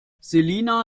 selina